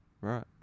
Right